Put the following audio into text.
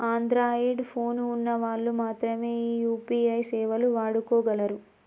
Android phone ఉన్న వాళ్ళు మాత్రమె ఈ యూ.పీ.ఐ సేవలు వాడుకోగలరు